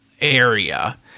area